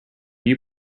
you